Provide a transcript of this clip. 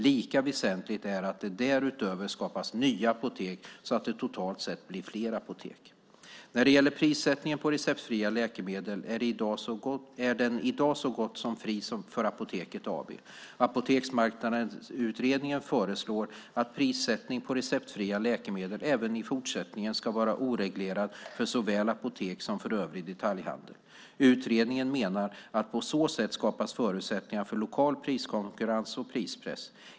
Lika väsentligt är att det därutöver skapas nya apotek så att det totalt sett blir fler apotek. När det gäller prissättningen på receptfria läkemedel är den i dag så gott som fri för Apoteket AB. Apoteksmarknadsutredningen förslår att prissättning på receptfria läkemedel även i fortsättningen ska vara oreglerad för såväl apotek som övrig detaljhandel. Utredningen menar att på så sätt skapas förutsättningar för lokal priskonkurrens och prispress.